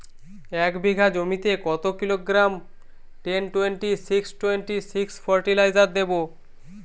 এক বিঘা জমিতে কত kilogram ten twenty six twenty six fertiliser দেবো?